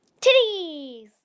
Titties